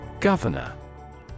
Governor